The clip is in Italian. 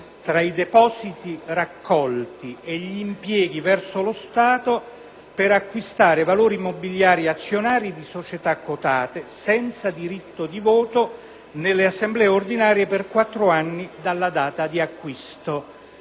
tra i depositi raccolti e gli impieghi verso lo Stato per acquistare valori mobiliari azionari di società quotate, senza diritto di voto nelle assemblee ordinarie per quattro anni dalla data d'acquisto.